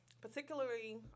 particularly